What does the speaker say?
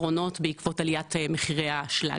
בעקבות העלייה מחירי האשלג.